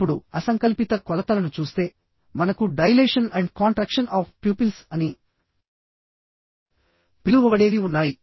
ఇప్పుడు అసంకల్పిత కొలతలను చూస్తే మనకు dilation and contraction of pupils అని పిలువబడేవి ఉన్నాయి